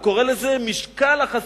הוא קורא לזה "משקל החסידות".